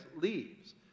leaves